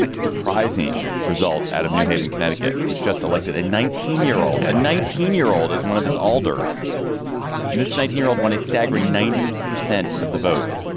surprising result out of new haven connecticut which just elected a nineteen year old a nineteen year old is one of its alders and this nineteen year old won a staggering ninety percent of the vote.